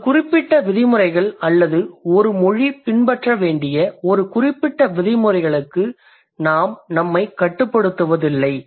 ஒரு குறிப்பிட்ட விதிமுறைகள் அல்லது ஒரு மொழி பின்பற்ற வேண்டிய ஒரு குறிப்பிட்ட விதிமுறைகளுக்கு நாம் நம்மை கட்டுப்படுத்துவதில்லை